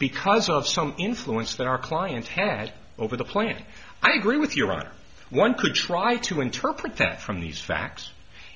because of some influence that our clients had over the point i agree with your honor one could try to interpret that from these facts